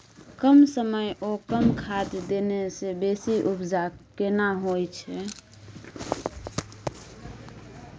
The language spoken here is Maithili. कम समय ओ कम खाद देने से बेसी उपजा केना होय छै?